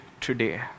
today